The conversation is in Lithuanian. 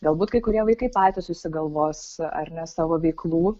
galbūt kai kurie vaikai patys susigalvos ar ne savo veiklų